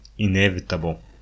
inevitable